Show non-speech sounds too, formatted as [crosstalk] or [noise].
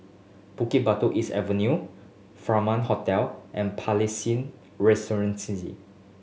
Bukit Batok East Avenue Furaman Hotel and Palais [unintelligible]